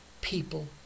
people